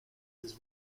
his